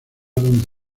donde